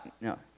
No